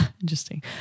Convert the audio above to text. interesting